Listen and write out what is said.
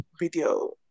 video